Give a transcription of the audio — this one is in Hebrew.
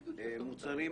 ולהכניס מוצרים